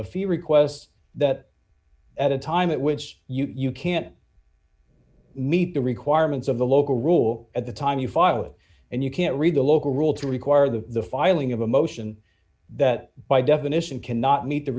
few requests that at a time at which you can't meet the requirements of the local rule at the time you file it and you can't read the local rule to require the filing of a motion that by definition cannot meet the